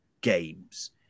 games